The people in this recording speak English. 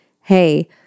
Hey